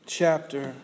chapter